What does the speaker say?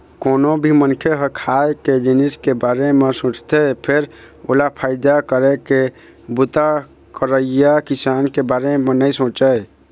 कोनो भी मनखे ह खाए के जिनिस के बारे म सोचथे फेर ओला फायदा करे के बूता करइया किसान के बारे म नइ सोचय